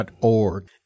org